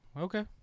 Okay